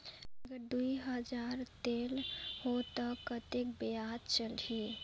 अगर दुई हजार लेत हो ता कतेक ब्याज चलही?